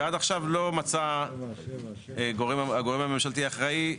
ועד עכשיו לא מצא הגורם הממשלתי האחראי,